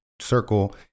circle